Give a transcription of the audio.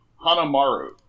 Hanamaru